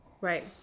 Right